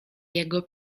jego